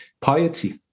Piety